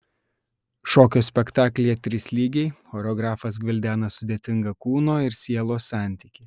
šokio spektaklyje trys lygiai choreografas gvildena sudėtingą kūno ir sielos santykį